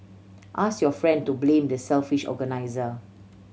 ask your friend to blame the selfish organiser